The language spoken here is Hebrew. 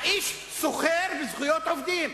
האיש סוחר בזכויות העובדים.